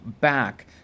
back